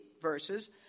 verses